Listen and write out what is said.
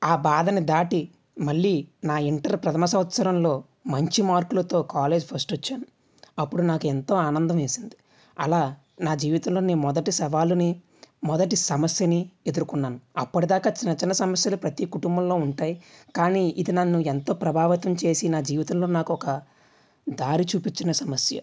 ఆ బాధను దాటి మళ్ళీ నా ఇంటర్ ప్రథమ సంవత్సరంలో మంచి మార్కులతో కాలేజ్ ఫస్ట్ వచ్చాను అప్పుడు నాకెంతో ఆనందం వేసింది అలా నా జీవితంలో నేను మొదటి సవాలుని మొదటి సమస్యని ఎదొర్కొన్నాను అప్పటిదాకా చిన్న చిన్న సమస్యలు ప్రతీ కుటుంబంలో ఉంటాయి కానీ ఇది నన్ను ఎంతో ప్రభావితం చేసి నా జీవితంలో నాకొక దారి చూపించిన సమస్య